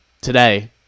today